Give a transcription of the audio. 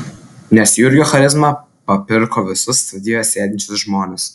nes jurgio charizma papirko visus studijoje sėdinčius žmones